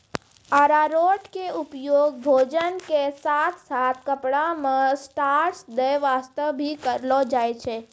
अरारोट के उपयोग भोजन के साथॅ साथॅ कपड़ा मॅ स्टार्च दै वास्तॅ भी करलो जाय छै